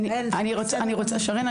שרן,